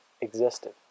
existed